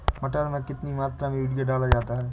मटर में कितनी मात्रा में यूरिया डाला जाता है?